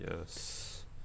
Yes